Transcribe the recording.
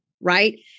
right